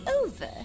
over